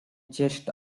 chest